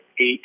eight